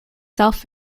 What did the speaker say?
self